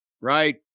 right